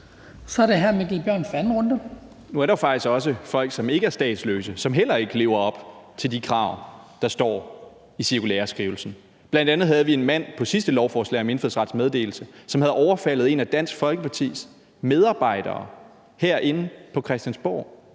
Kl. 15:24 Mikkel Bjørn (DF): Nu er der jo faktisk også folk, som ikke er statsløse, og som heller ikke lever op til de krav, der står i cirkulæreskrivelsen. Bl.a. havde vi en mand på det sidste lovforslag om indfødsrets meddelelse, som havde overfaldet en af Dansk Folkepartis medarbejdere herinde på Christiansborg,